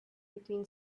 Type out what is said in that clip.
between